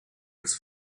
its